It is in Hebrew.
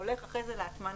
שהולך אחרי כן להטמנה,